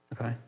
Okay